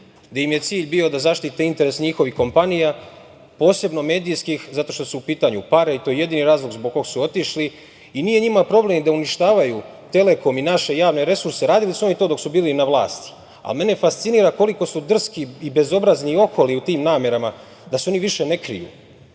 gde im je cilj bio da zaštite interes njihovih kompanija, posebno medijskih, zato što su u pitanju pare. To je jedini razlog zbog kog su otišli. Nije njima problem da uništavaju „Telekom“ i naša javne resurse, radili su oni to i dok su bili na vlasti, ali mene fascinira koliko su drski i bezobrazni i oholi u tim namerama da se oni više i ne kriju,